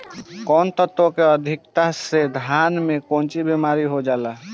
कौन तत्व के अधिकता से धान में कोनची बीमारी हो जाला?